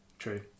true